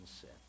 sin